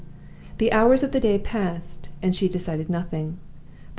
the hours of the day passed and she decided nothing.